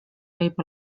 võib